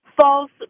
false